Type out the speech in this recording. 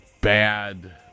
bad